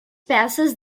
passes